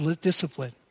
discipline